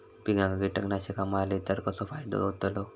पिकांक कीटकनाशका मारली तर कसो फायदो होतलो?